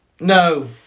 No